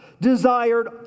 desired